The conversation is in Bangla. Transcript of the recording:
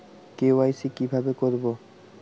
কে.ওয়াই.সি কিভাবে করব?